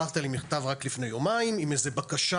שלחת לי מכתב רק לפני יומיים עם איזו בקשה